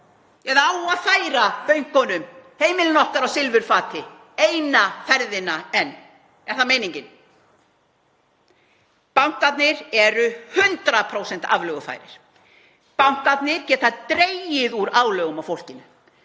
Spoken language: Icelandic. eða á að færa bönkunum heimilin okkar á silfurfati eina ferðina enn? Er það meiningin? Bankarnir eru 100% aflögufærir. Bankarnir geta dregið úr álögum á fólkinu.